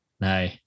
No